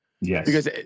Yes